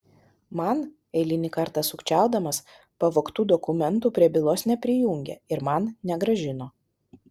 man eilinį kartą sukčiaudamas pavogtų dokumentų prie bylos neprijungė ir man negrąžino